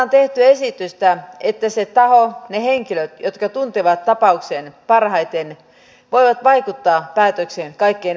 kannatan tehtyä esitystä että ne henkilöt jotka tuntevat tapauksen parhaiten voivat vaikuttaa päätökseen kaikkein vahvimmin